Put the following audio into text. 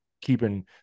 keeping